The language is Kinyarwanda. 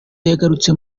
yagarutse